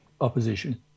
opposition